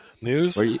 News